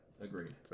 Agreed